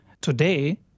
Today